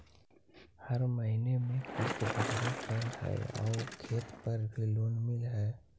हर महीने में किस्त भरेपरहै आउ खेत पर भी लोन मिल है?